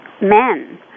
men